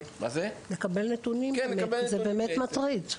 --- לקבל נתונים, כי זה באמת מטריד.